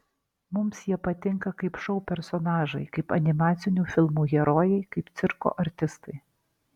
mums jie patinka kaip šou personažai kaip animacinių filmų herojai kaip cirko artistai